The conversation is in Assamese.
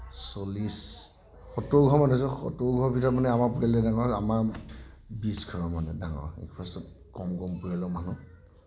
চল্লিশ সত্তৰ ঘৰ মানুহে যে সত্তৰ ঘৰ ভিতৰত মানে আমাৰ পৰিয়ালটো এনেকুৱা আমাৰ বিশ ঘৰ মানে ডাঙৰ তাৰপিছত কম কম পৰিয়ালৰ মানুহ